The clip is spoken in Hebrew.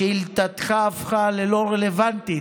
שאילתתך הפכה ללא רלוונטית.